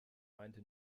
meinte